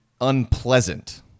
unpleasant